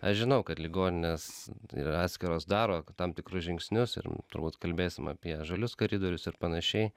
aš žinau kad ligoninės yra atskiros daro tam tikrus žingsnius ir turbūt kalbėsim apie žalius koridorius ir panašiai